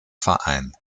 verein